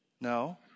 No